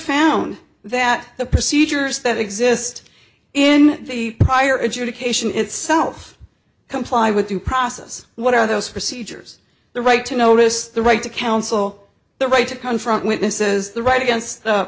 found that the procedures that exist in the higher education itself comply with the process what are those procedures the right to notice the right to counsel the right to confront witnesses the right against